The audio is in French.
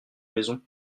maison